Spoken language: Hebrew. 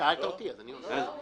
שאלת אותי אז אני עונה לך.